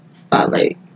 spotlight